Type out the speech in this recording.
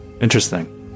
Interesting